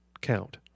count